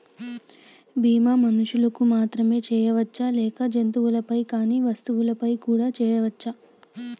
బీమా మనుషులకు మాత్రమే చెయ్యవచ్చా లేక జంతువులపై కానీ వస్తువులపై కూడా చేయ వచ్చా?